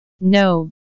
No